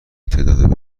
تعداد